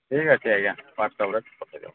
ଠିକ୍ ଅଛି ଆଜ୍ଞା ହ୍ୱାଟସପ୍ରେ ପଠାଇ ଦବ